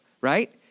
right